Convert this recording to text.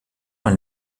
elle